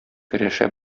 көрәшә